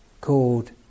called